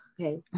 Okay